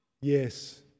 yes